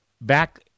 back